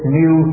new